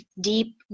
deep